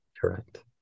Correct